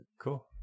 Cool